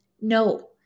No